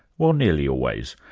well, nearly always.